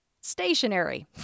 stationary